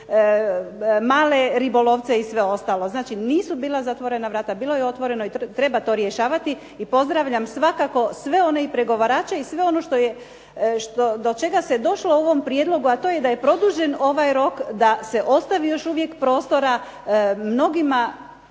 male ribolovce i sve ostalo. Znači, nisu bila zatvorena vrata, bilo je otvoreno i treba to rješavati i pozdravljam svakako sve one i pregovarače i sve ono do čega se došlo u ovom prijedlogu, a to je da je produžen ovaj rok da se ostavi još uvijek prostora mnogima,